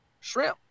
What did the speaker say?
shrimp